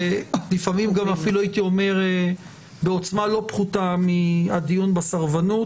ולפעמים גם אפילו הייתי אומר בעוצמה לא פחותה מהדיון בסרבנות,